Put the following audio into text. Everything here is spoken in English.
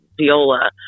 viola